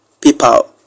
PayPal